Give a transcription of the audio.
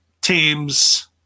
teams